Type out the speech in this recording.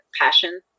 passion